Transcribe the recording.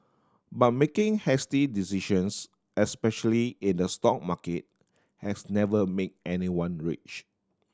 but making hasty decisions especially in the stock market has never made anyone rich